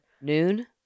noon